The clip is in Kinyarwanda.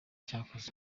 cyakozwe